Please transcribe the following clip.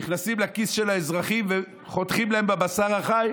אתם נכנסים לכיס של האזרחים וחותכים להם בבשר החי,